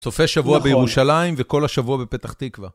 צופה שבוע בירושלים וכל השבוע בפתח תקווה.